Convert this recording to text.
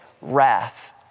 wrath